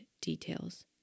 details